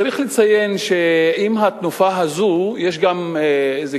צריך לציין שעם התנופה הזאת יש גם איזה